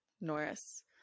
Norris